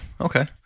Okay